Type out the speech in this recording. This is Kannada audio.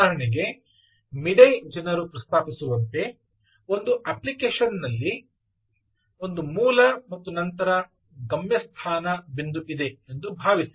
ಉದಾಹರಣೆಗೆ ಮಿಡೇ ಜನರು ಪ್ರಸ್ತಾಪಿಸುವಂತೆ ಒಂದು ಅಪ್ಲಿಕೇಶನ್ನಲ್ಲಿ ಒಂದು ಮೂಲ ಮತ್ತು ನಂತರ ಗಮ್ಯಸ್ಥಾನ ಬಿಂದು ಇದೆ ಎಂದು ಭಾವಿಸಿ